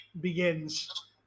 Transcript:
begins